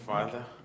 Father